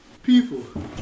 People